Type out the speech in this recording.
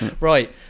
Right